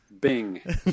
Bing